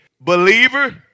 believer